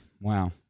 Wow